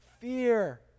fear